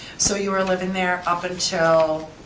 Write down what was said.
so you were living there up but until.